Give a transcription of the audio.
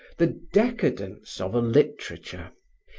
the decadence of a literature,